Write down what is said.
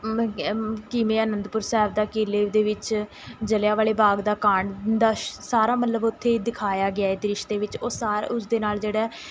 ਕਿਵੇਂ ਆਨੰਦਪੁਰ ਸਾਹਿਬ ਦਾ ਕਿਲ੍ਹੇ ਦੇ ਵਿੱਚ ਜਲਿਆਂਵਾਲੇ ਬਾਗ਼ ਦਾ ਕਾਂਡ ਦਾ ਸਾਰਾ ਮਤਲਬ ਉੱਥੇ ਦਿਖਾਇਆ ਗਿਆ ਹੈ ਦ੍ਰਿਸ਼ ਦੇ ਵਿੱਚ ਉਹ ਸਾਰਾ ਉਸ ਦੇ ਨਾਲ਼ ਜਿਹੜਾ